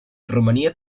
romania